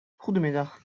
goedemiddag